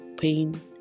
pain